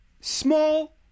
Small